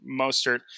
Mostert